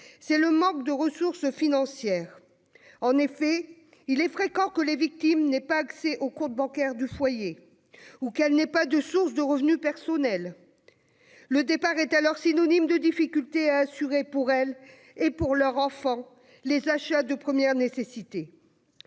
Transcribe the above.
c'est le manque de ressources financières. En effet, il est fréquent que les victimes n'aient pas accès au compte bancaire du foyer ou qu'elles n'aient pas de source de revenus personnelle. Le départ est alors synonyme de difficultés à assurer, pour elles et pour leurs enfants, les achats de première nécessité.